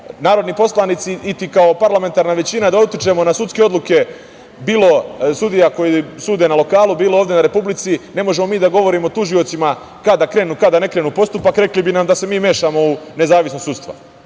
narodni poslanici ili kao parlamentarna većina da utičemo na sudske odluke bilo sudija koji sude na lokalu, bilo ovde na Republici, ne možemo mi da govorimo tužiocima kada da krenu, kada da ne krenu postupak, rekli bi nam da se mi mešamo u nezavisnost